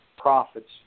Profits